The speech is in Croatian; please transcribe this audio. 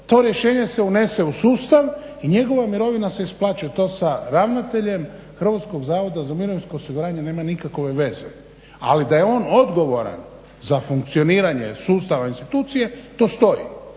To rješenje se unese u sustav i njegova mirovina se isplaćuje. To sa ravnateljem Hrvatskog zavoda za mirovinsko osiguranje nema nikakove veze. Ali da je on odgovoran za funkcioniranja sustava institucije to stoji.